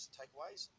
takeaways